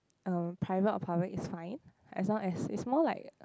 uh private or public is fine as long as is more like